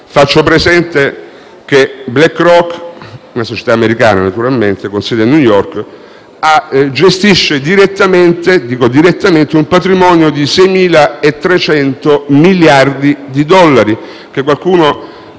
Faccio presente che BlackRock, una società americana, naturalmente, con sede a New York, gestisce direttamente un patrimonio di 6.300 miliardi di dollari. Cifra che qualcuno